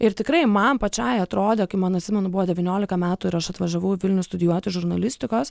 ir tikrai man pačiai atrodė kai man atsimenu buvo devyniolika metų ir aš atvažiavau į vilnių studijuoti žurnalistikos